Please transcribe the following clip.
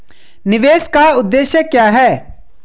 निवेश का उद्देश्य क्या है?